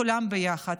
כולם ביחד,